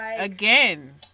again